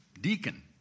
deacon